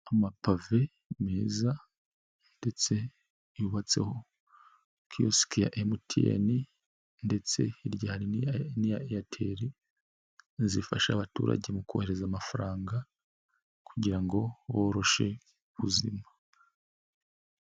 Amapave meza ndetse yubatseho kiyosike MTNndetse hirya hari n'iya Airtel zifasha abaturage mu kohereza amafaranga kugira ngo boroshe ubuzima.